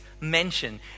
mention